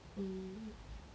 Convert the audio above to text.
mm